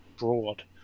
Broad